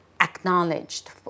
acknowledged